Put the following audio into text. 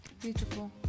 beautiful